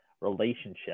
relationship